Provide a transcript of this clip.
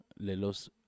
Lelos